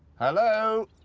hello?